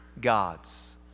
gods